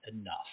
enough